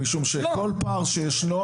משום שהרשויות סופגות כל פער שישנו.